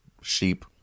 sheep